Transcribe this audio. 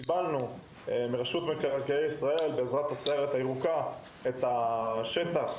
קיבלו מרשות מקרקעי ישראל את השטח,